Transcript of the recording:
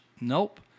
Nope